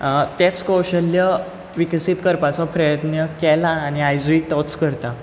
तेंच कौशल्य विकसीत करपाचो प्रयत्न केलां आनी आयजूय तोच करतां